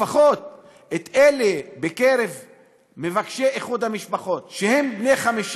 לפחות את אלה בקרב מבקשי איחוד המשפחות שהם בני 50